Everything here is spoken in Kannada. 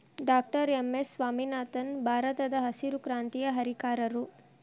ಡಾಕ್ಟರ್ ಎಂ.ಎಸ್ ಸ್ವಾಮಿನಾಥನ್ ಭಾರತದಹಸಿರು ಕ್ರಾಂತಿಯ ಹರಿಕಾರರು